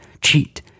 cheat